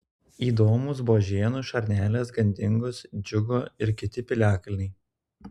įdomūs buožėnų šarnelės gandingos džiugo ir kiti piliakalniai